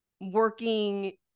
working